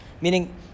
Meaning